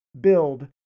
build